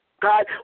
God